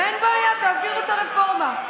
אין בעיה, תעבירו את הרפורמה.